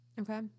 Okay